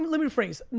me phrase.